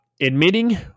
Admitting